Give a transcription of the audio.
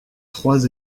trois